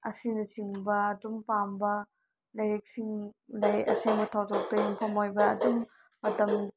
ꯑꯁꯤꯅꯆꯤꯡꯕ ꯑꯗꯨꯝ ꯄꯥꯝꯕ ꯂꯥꯏꯔꯤꯛꯁꯤꯡ ꯂꯥꯏꯔꯤꯛ ꯑꯁꯤ ꯑꯁꯦꯡꯕ ꯊꯧꯗꯣꯛꯇ ꯌꯨꯝꯐꯝ ꯑꯣꯏꯕ ꯑꯗꯨꯝ ꯃꯇꯝ